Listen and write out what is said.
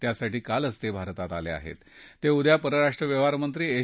त्यासाठी कालच ते भारतात आलखाहत तउिद्या परराष्ट्र व्यवहारमत्तीएस